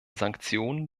sanktionen